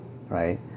right